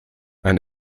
ein